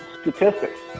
statistics